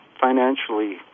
financially